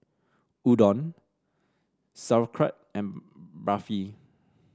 Udon Sauerkraut and Barfi